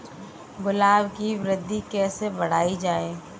गुलाब की वृद्धि कैसे बढ़ाई जाए?